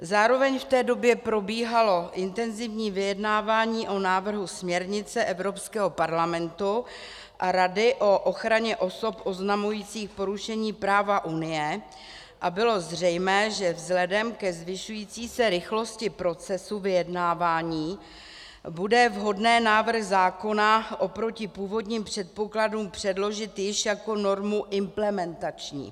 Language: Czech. Zároveň v té době probíhalo intenzivní vyjednávání o návrhu směrnice Evropského parlamentu a Rady o ochraně osob oznamujících porušení práva Unie a bylo zřejmé, že vzhledem ke zvyšující se rychlosti procesu vyjednávání bude vhodné návrh zákona oproti původním předpokladům předložit již jako normu implementační.